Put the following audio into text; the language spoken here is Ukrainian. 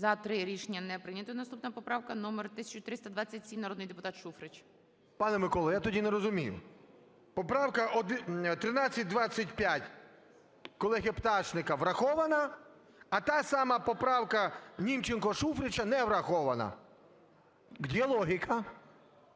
За-3 Рішення не прийнято. Наступна поправка номер 1327, народний депутат Шуфрич. 13:10:01 ШУФРИЧ Н.І. Пане Миколо, я тоді не розумію: поправка 1325 колеги Пташник врахована, а та сама поправка Німченко-Шуфрича не врахована. Где логика?